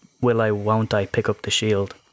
will-I-won't-I-pick-up-the-shield